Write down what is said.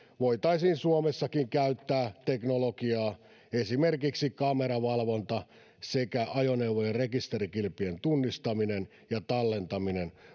voitaisiin suomessakin käyttää teknologiaa esimerkiksi kameravalvonta sekä ajoneuvojen rekisterikilpien tunnistaminen ja tallentaminen